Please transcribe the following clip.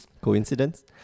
Coincidence